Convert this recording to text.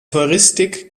heuristik